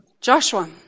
Joshua